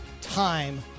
time